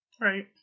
Right